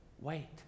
wait